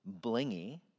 blingy